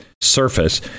surface